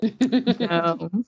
No